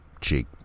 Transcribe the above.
cheek